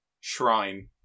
shrine